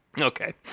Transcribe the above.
Okay